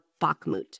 Bakhmut